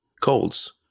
colds